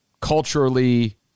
culturally